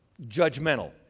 judgmental